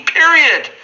period